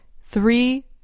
Three